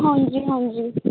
ਹਾਂਜੀ ਹਾਂਜੀ